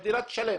שהמדינה תשלם.